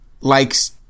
likes